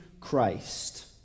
Christ